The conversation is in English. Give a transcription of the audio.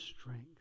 strength